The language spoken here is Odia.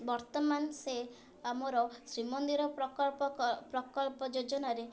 ବର୍ତ୍ତମାନ ସେ ଆମର ଶ୍ରୀମନ୍ଦିର ପ୍ରକଳ୍ପ ଯୋଜନାରେ